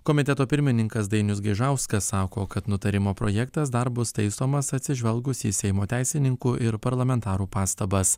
komiteto pirmininkas dainius gaižauskas sako kad nutarimo projektas dar bus taisomas atsižvelgus į seimo teisininkų ir parlamentarų pastabas